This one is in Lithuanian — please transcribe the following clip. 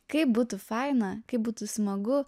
kaip būtų faina kaip būtų smagu